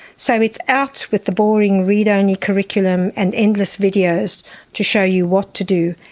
so it's out with the boring read-only curriculum and endless videos to show you what to do,